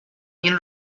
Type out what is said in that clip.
این